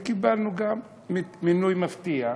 וקיבלנו גם מינוי מפתיע,